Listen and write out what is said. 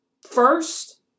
first